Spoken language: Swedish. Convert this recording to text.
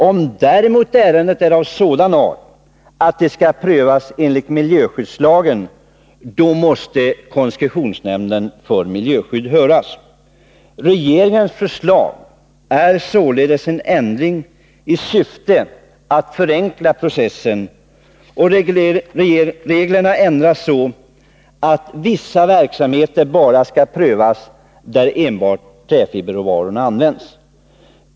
Om däremot ärendet är av sådan art att det skall prövas enligt miljöskyddslagen, måste koncessionsnämnden för miljöskydd höras. Regeringens förslag är således en ändring i syfte att förenkla processen. Reglerna ändras så, att vissa verksamheter bara skall prövas där enbart träfiberråvaror används.